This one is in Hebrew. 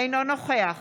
אינו נוכח